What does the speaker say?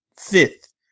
fifth